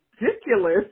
ridiculous